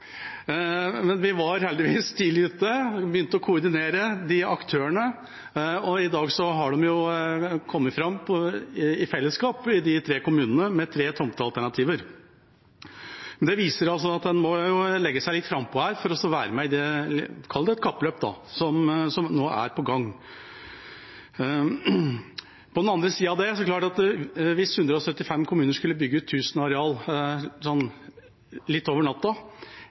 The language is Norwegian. Vi var heldigvis tidlig ute og begynte å koordinere aktørene, og i dag har de tre kommunene i fellesskap kommet fram med tre tomtealternativer. Det viser at man må legge seg litt frampå her for å være med i – kall det – et kappløp, som nå er på gang. På den annen side, hva hvis 175 kommuner skulle bygge ut 1 000 mål areal litt over natta?